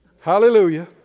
Hallelujah